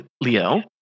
leo